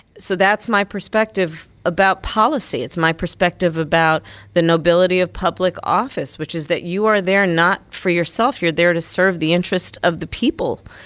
so that's my perspective about policy. it's my perspective about the nobility of public office, which is that you are there not for yourself. you're there to serve the interests of the people.